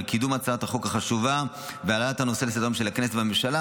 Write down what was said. על קידום הצעת החוק החשובה והעלאת הנושא לסדר-היום של הכנסת והממשלה.